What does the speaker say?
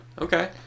Okay